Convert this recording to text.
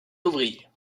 ouvriers